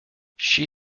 she